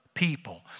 People